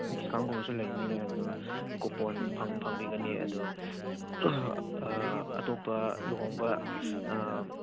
ꯗꯤꯁꯀꯥꯎꯟꯒꯨꯝꯕꯁꯨ ꯂꯩꯅꯤ ꯑꯗꯨ ꯀꯨꯄꯣꯟ ꯐꯪꯕꯤꯒꯅꯤ ꯑꯗꯨ ꯑꯥ ꯑꯇꯣꯄꯄ ꯂꯨꯍꯣꯡꯕ ꯑꯥ